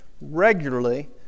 regularly